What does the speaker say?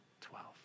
Twelve